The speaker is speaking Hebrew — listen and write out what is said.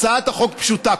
הצעת החוק פשוטה.